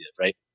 right